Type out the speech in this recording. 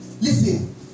Listen